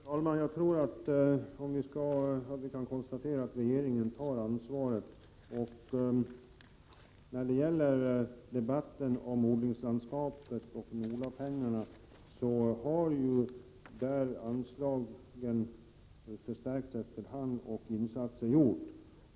Fru talman! Jag tror att vi kan konstatera att regeringen tar ansvaret. I debatten om odlingslandskapet och NOLA-pengarna vill jag säga att det anslaget har förstärkts och att insatser har gjorts.